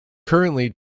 currently